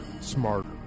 smarter